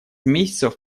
месяцев